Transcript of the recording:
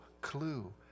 clue